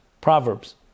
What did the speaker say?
Proverbs